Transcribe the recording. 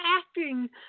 acting